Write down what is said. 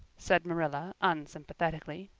said marilla unsympathetically.